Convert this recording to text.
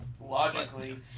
logically